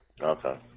Okay